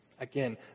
Again